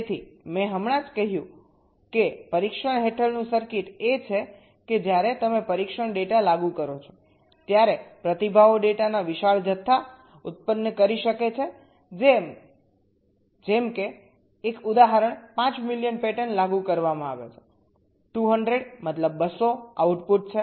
તેથી મેં હમણાં જ કહ્યું છે કે પરીક્ષણ હેઠળનું સર્કિટ એ છે કે જ્યારે તમે પરીક્ષણ ડેટા લાગુ કરો છો ત્યારે પ્રતિભાવો ડેટાના વિશાળ જથ્થા પેદા કરી શકે છે જેમ કે એક ઉદાહરણ 5 મિલિયન પેટર્ન લાગુ કરવામાં આવે છે 200 આઉટપુટ છે